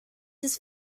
his